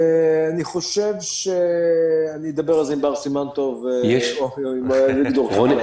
אני חושב שאני אדבר על זה עם בר סימן טוב או עם אביגדור קפלן.